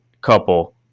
couple